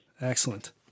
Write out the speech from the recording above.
excellent